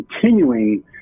continuing